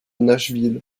nashville